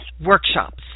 workshops